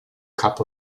cup